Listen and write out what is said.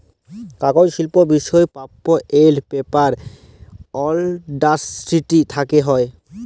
কাগজ শিল্প বিশেষ পাল্প এল্ড পেপার ইলডাসটিরি থ্যাকে হ্যয়